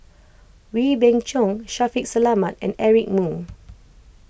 Wee Beng Chong Shaffiq Selamat and Eric Moo